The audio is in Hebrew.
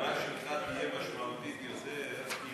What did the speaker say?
ההערה שלך תהיה משמעותית יותר אם